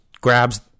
grabs